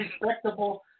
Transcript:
respectable